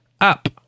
up